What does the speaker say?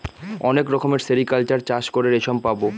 অনেক রকমের সেরিকালচার চাষ করে রেশম পাবো